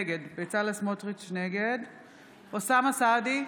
נגד אוסאמה סעדי,